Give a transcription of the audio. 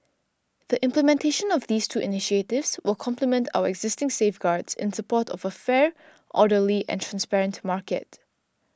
the implementation of these two initiatives will complement our existing safeguards in support of a fair orderly and transparent market